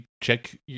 check